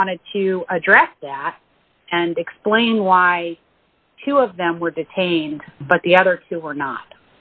you wanted to address that and explain why two of them were detained but the other two were not